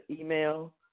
email